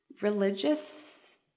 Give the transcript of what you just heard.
religious